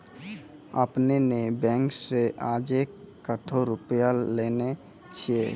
आपने ने बैंक से आजे कतो रुपिया लेने छियि?